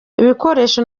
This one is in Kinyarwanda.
ibikoresho